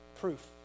proof